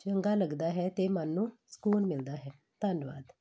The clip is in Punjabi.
ਚੰਗਾ ਲੱਗਦਾ ਹੈ ਅਤੇ ਮਨ ਨੂੰ ਸਕੂਨ ਮਿਲਦਾ ਹੈ ਧੰਨਵਾਦ